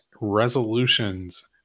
resolutions